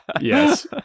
Yes